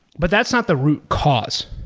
but that's not the root cause.